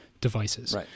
devices